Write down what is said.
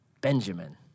Benjamin